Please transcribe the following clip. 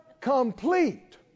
complete